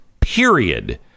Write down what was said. period